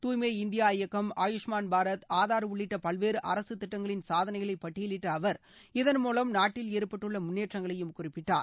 தூய்மை இந்தியா இயக்கம் ஆயுஷ்மான் பாரத் ஆதார் உள்ளிட்ட பல்வேறு அரசு திட்டங்களின் சாதனைகளை பட்டியலிட்ட அவர் இதன்மூலம் நாட்டில் ஏற்பட்டுள்ள முன்னேற்றங்களையும் குறிப்பிட்டார்